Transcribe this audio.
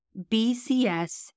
BCS